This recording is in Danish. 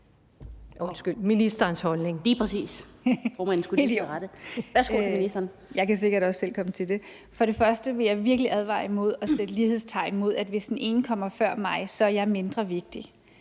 For det første vil jeg virkelig advare imod at sætte lighedstegn mellem, at hvis den ene kommer før mig, så er jeg mindre vigtig.